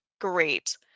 great